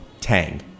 tang